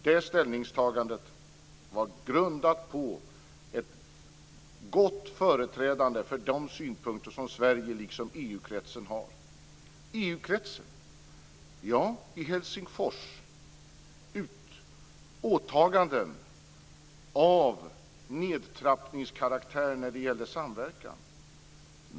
Det ställningstagandet var grundat på ett gott företrädande för de synpunkter som Sverige, liksom I Helsingfors gjordes åtaganden av nedtrappningskaraktär när det gäller samverkan.